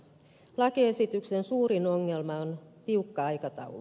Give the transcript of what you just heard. lakiesityksen suurin ongelma on tiukka aikataulu